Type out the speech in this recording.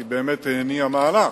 כי היא באמת הניעה מהלך,